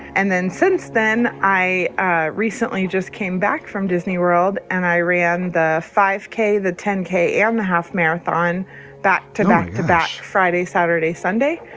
and then since then i i recently just came back from disney world and i ran the five k, the ten k and the half marathon back to back to back friday, saturday, sunday,